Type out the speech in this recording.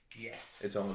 yes